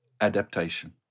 adaptation